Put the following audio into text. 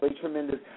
tremendous